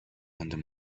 under